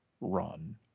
run